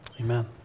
amen